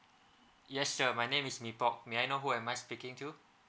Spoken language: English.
yes sir my name is nibok may I know who am I speaking to